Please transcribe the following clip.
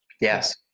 Yes